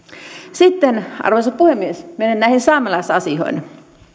sitten arvoisa puhemies menen näihin saamelaisasioihin